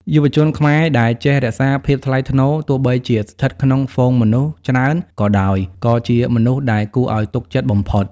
យុវជនខ្មែរដែលចេះ "រក្សាភាពថ្លៃថ្នូរ" ទោះបីជាស្ថិតក្នុងហ្វូងមនុស្សច្រើន ក៏ដោយ គឺជាមនុស្សដែលគួរឱ្យទុកចិត្តបំផុត។